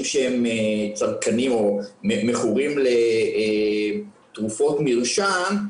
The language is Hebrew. שהם צרכנים או מכורים לתרופות מרשם,